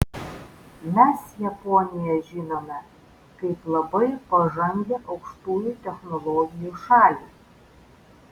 mes japoniją žinome kaip labai pažangią aukštųjų technologijų šalį